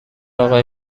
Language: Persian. آقای